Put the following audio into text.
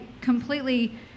completely